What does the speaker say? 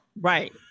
Right